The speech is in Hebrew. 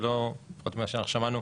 ולא לפחות ממה שאנחנו שמענו,